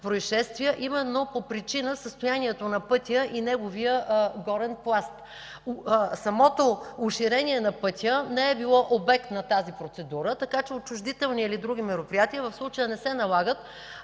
по причина на състоянието на пътя и неговия горен пласт. Уширението на пътя не е било обект на тази процедура, така че отчуждителни и други мероприятия в случая не се налагат.